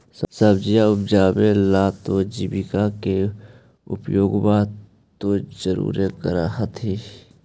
सब्जिया उपजाबे ला तो जैबिकबा के उपयोग्बा तो जरुरे कर होथिं?